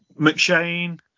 McShane